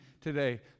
today